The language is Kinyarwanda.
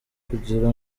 ukugira